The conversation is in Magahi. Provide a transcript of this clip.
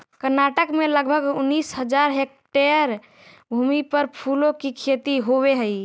कर्नाटक में लगभग उनीस हज़ार हेक्टेयर भूमि पर फूलों की खेती होवे हई